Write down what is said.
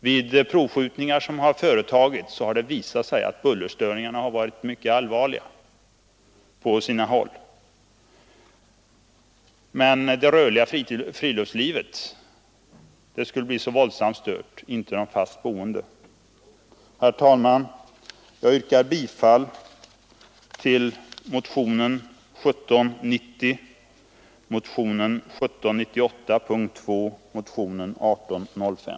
Vid de provskjutningar som företagits har det också visat sig att bullerstörningarna på sina håll har varit mycket allvarliga. Det rörliga friluftslivet skulle alltså bli våldsamt stört men inte den fasta befolkningen! Herr talman! Jag yrkar bifall till motionen 1790, motionen 1798 punkt 2 samt motionen 1805.